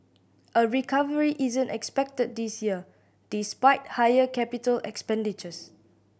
a recovery isn't expected this year despite higher capital expenditures